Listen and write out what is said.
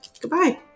goodbye